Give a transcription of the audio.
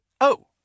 Oh